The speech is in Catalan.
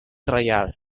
reial